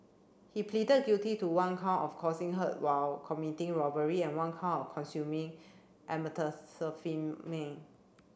he pleaded guilty to one count of causing hurt while committing robbery and one count of consuming